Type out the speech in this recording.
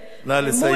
נא לסיים.